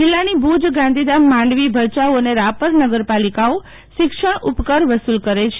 જિલ્લાની ભુજ ગાંધીધામ માંડવી ભચાઉ અને રાપર નગરપાલિકાઓ શિક્ષણ ઉપકર વસુલ કરે છે